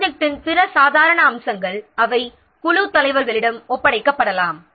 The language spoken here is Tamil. ப்ராஜெக்ட்டின் பிற சாதாரண அம்சங்கள் குழுத் தலைவர்களிடம் ஒப்படைக்கப்படலாம்